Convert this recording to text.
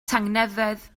tangnefedd